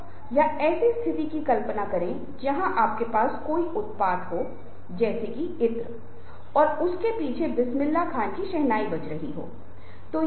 खैर यह हमारी स्थिति के बारे में सच है यह हमारी परिस्थितियों के लिए सच है हालाकी इसके विपरीत पूरी बात सुनना अच्छी बात है